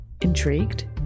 Intrigued